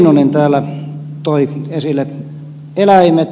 heinonen täällä toi esille eläimet